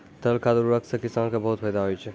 तरल खाद उर्वरक सें किसान क बहुत फैदा होय छै